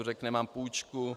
Řekne: Mám půjčku.